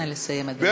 נא לסיים, אדוני.